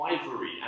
ivory